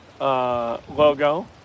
logo